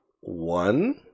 one